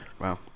wow